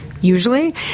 Usually